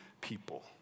people